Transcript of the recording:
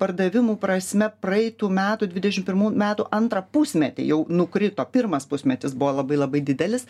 pardavimų prasme praeitų metų dvidešimt pirmų metų antrą pusmetį jau nukrito pirmas pusmetis buvo labai labai didelis